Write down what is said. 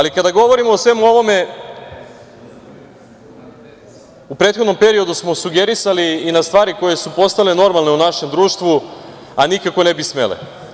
Kada govorimo o svemu ovome, u prethodnom periodu smo sugerisali i na stvari koje su postale normalne u našem društvu, a nikako ne bi smele.